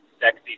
sexy